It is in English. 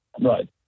Right